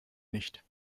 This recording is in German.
nicht